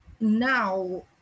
now